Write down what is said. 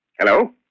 Hello